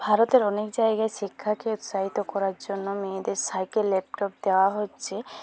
ভারতের অনেক জায়গায় শিক্ষাকে উৎসাহিত করার জন্য মেয়েদের সাইকেল ল্যাপটপ দেওয়া হচ্ছে